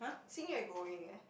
Xin-Ye going leh